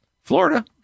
Florida